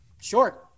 Sure